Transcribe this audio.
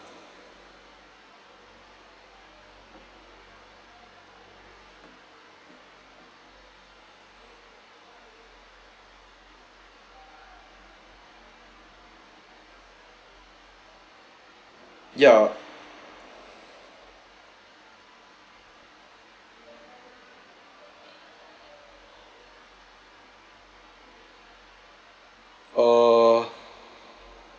yeah uh